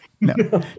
No